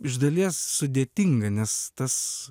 iš dalies sudėtinga nes tas